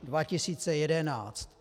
2011.